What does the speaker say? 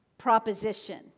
Proposition